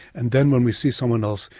and then when we see someone else,